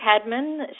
Cadman